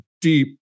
deep